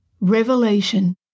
Revelation